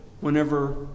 whenever